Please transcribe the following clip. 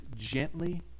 gently